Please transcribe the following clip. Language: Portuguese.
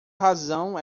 razão